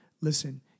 Listen